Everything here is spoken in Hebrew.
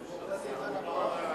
זה סימן לבאות?